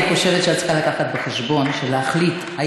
אני חושבת שאת צריכה לקחת בחשבון שלהחליט אם